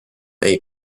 ate